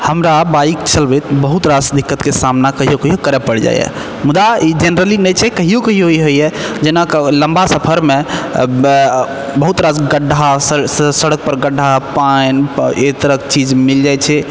हमरा बाइक चलबैत बहुत रास दिक्कतके सामना कहियो कहियो करऽ पड़ि जाइए मुदा ई जनरली नहि छै कहियो कहियो ई होइए जेना कि लम्बा सफरमे बहुत रास गड्ढा स स सड़क पर गड्ढा पानि एहि तरहक चीज मिलै छै